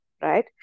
right